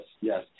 yes